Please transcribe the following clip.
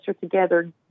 together